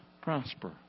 prosper